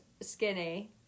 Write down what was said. skinny